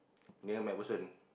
near MacPherson